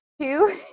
two